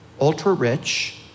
ultra-rich